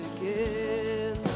again